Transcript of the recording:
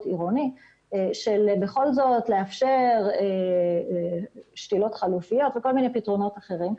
עירוני בכל זאת לאפשר שתילות חלופיות וכל מיני פתרונות אחרים.